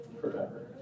forever